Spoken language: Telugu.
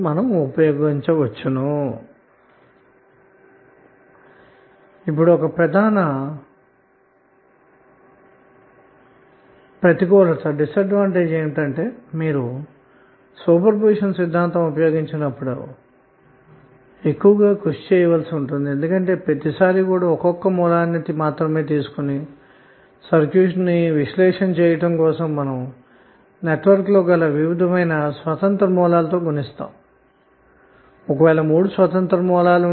ఈ సూపర్పొజిషన్ సిద్ధాంతం యొక్క ప్రధానప్రతికూలత ఏమిటంటే ఈ సిద్ధాంతాన్ని ఉపయోగించునప్పుడు ఎక్కువ కృషి చేయవలసి ఉంటుంది ఎందుకంటె సర్క్యూట్ విశ్లేషణ చేయు ప్రతిసారి కూడా ఒకొక్క సోర్స్ ని ప్రత్యేకంగా తీసుకోని సర్క్యూట్ విశ్లేషణ చేయాలి అన్న మాట అంటే నెట్వర్క్ లో ఎన్ని వివిధమైన స్వతంత్రమైన సోర్స్ లు కలిగి ఉంటే అన్నిటితొ గుణించాలి అన్న మాట